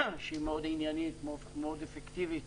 שהיא מאוד עניינית ומאוד אפקטיבית.